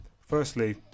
firstly